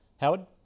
Howard